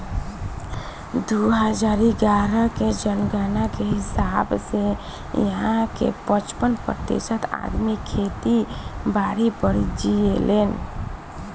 दू हजार इग्यारह के जनगणना के हिसाब से इहां के पचपन प्रतिशत अबादी खेती बारी पर जीऐलेन